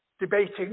Debating